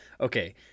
okay